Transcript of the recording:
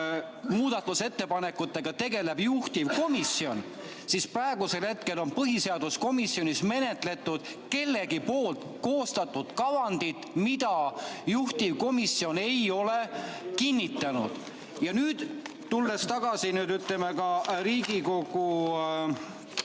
muudatusettepanekutega tegeleb juhtivkomisjon, siis praegusel hetkel on põhiseaduskomisjonis menetletud kellegi koostatud kavandit, mida juhtivkomisjon ei ole kinnitanud. Ja kui nüüd tulla tagasi, ütleme, ka Riigikogu